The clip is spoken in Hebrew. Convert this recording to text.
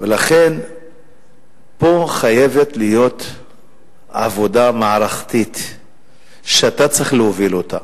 ולכן פה חייבת להיות עבודה מערכתית שאתה צריך להוביל אותה